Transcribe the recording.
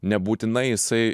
nebūtinai jisai